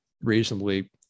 reasonably